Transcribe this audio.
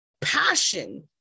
passion